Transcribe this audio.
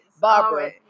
Barbara